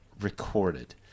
recorded